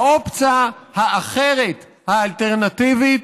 האופציה האחרת, האלטרנטיבית,